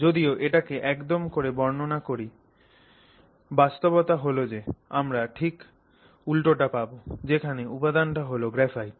যদিও এটাকে এরকম করে বর্ণনা করি বাস্তবতা হল যে আমরা ঠিক উল্টোটা পাবো যেখানে উপাদানটা হল গ্রাফাইট